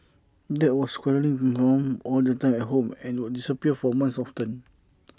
dad was quarrelling with mum all the time at home and would disappear for months often